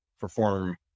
perform